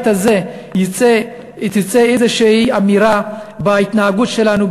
הזה תצא איזושהי אמירה בהתנהגות שלנו,